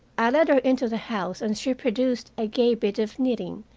i led her into the house, and she produced a gay bit of knitting,